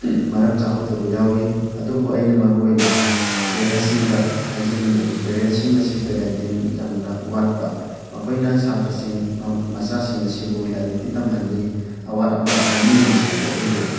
ꯃꯔꯝ ꯆꯥꯍꯧꯗꯕ ꯌꯥꯎꯋꯤ ꯑꯗꯨꯕꯨ ꯑꯩꯅ ꯃꯔꯨ ꯑꯣꯏꯅ ꯄꯦꯔꯦꯟꯁꯤꯡꯗ ꯍꯥꯏꯖꯅꯤꯡꯕꯗꯤ ꯄꯦꯔꯦꯟꯁꯤꯡ ꯑꯁꯤ ꯄꯦꯔꯦꯟꯇꯤꯡ ꯌꯥꯝꯅ ꯋꯥꯠꯄ ꯃꯈꯣꯏꯅ ꯁꯥꯇ꯭ꯔꯁꯤꯡ ꯃꯆꯥꯁꯤꯡ ꯑꯁꯤꯕꯨ ꯂꯥꯏꯔꯤꯛꯇꯤ ꯇꯝꯍꯜꯂꯤ ꯑꯋꯥꯠ ꯑꯄꯥꯗꯤ ꯂꯣꯏꯅ ꯌꯦꯡꯁꯤꯜꯂꯤ ꯑꯗꯨꯕꯨ